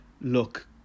look